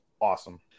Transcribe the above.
awesome